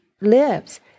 lives